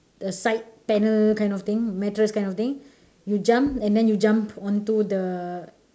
the side panel kind of thing mattress kind of thing you jump and you jump onto the